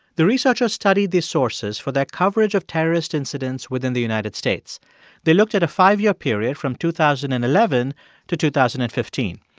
the researchers studied these sources for their coverage of terrorist incidents within the united states they looked at a five-year period from two thousand and eleven to two thousand and fifteen.